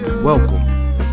Welcome